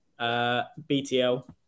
BTL